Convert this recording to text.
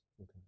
Okay